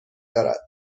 دارد